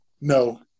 no